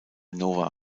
nova